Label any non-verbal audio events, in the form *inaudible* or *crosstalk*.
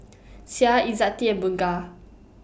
*noise* Syah Izzati and Bunga